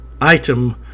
item